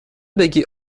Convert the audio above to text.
بگی